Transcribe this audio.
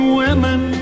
women